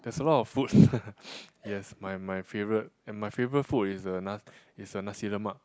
there's a lot of food yes my my favourite and my favourite food is a na~ is uh Nasi-Lemak